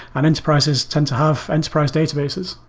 and enterprises tend to have enterprise databases.